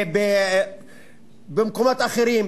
במקומות אחרים.